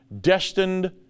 destined